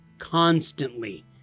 constantly